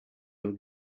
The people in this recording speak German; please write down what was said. nur